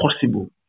possible